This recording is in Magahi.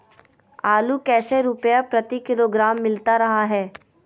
आलू कैसे रुपए प्रति किलोग्राम मिलता रहा है?